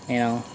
నేను